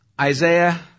Isaiah